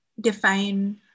define